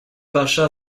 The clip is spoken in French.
pacha